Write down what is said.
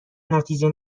نتیجه